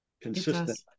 consistent